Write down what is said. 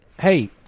Hey